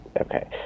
okay